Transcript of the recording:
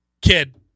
kid